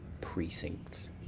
precincts